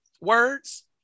words